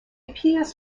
appears